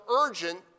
urgent